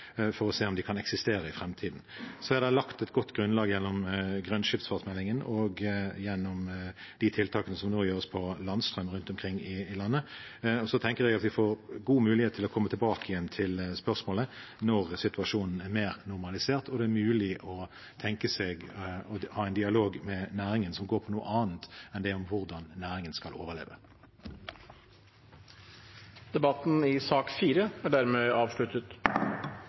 for å se om de kan eksistere i framtiden. Det er lagt et godt grunnlag gjennom grønn skipsfart-meldingen og gjennom tiltakene som nå gjøres for landstrøm rundt omkring i landet. Jeg tenker vi får god mulighet til å komme tilbake til spørsmålet når situasjonen er mer normalisert, og når det er mulig å tenke seg å ha en dialog med næringen om noe annet enn om hvordan den skal overleve. Flere har ikke bedt om ordet til sak